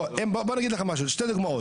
בוא אני אגיד לך משהו, שתי דוגמאות,